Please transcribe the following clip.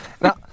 Now